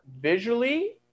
visually